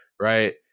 right